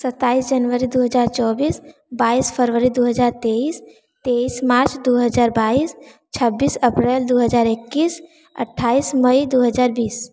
सत्ताईस जनवरी दो हज़ार चौबीस बाईस फ़रवरी दो हज़ार तेईस तेईस मार्च दो हज़ार बाईस छब्बीस अप्रैल दो हज़ार ईक्कीस अट्ठाईस मई दो हज़ार बीस